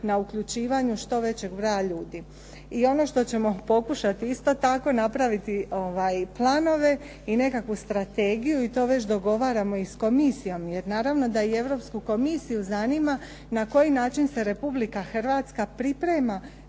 na uključivanju što većeg broja ljudi. I ono što ćemo pokušati isto tako napraviti planove i nekakvu strategiju i to već dogovaramo i s Komisijom. Jer naravno da i Europsku Komisiju zanima na koji način se Republika Hrvatska priprema